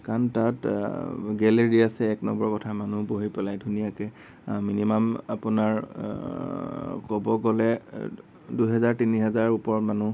কাৰণ তাত গেলেৰী আছে এক নম্বৰ কথা মানুহ বহি পেলাই ধুনীয়াকে মিনিমাম আপোনাৰ ক'ব গ'লে দুহেজাৰ তিনি হেজাৰৰ ওপৰৰ মানুহ তাত